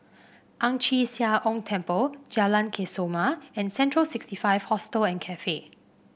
Ang Chee Sia Ong Temple Jalan Kesoma and Central sixty five Hostel and Cafe